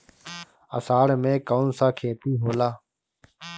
अषाढ़ मे कौन सा खेती होला?